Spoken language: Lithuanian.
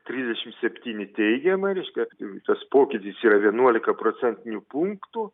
trisdešim septyni teigiamai reiškia tas pokytis yra vienuolika procentinių punktų